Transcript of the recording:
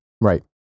Right